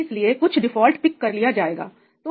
इसलिए कुछ default pick कर लिया जाएगा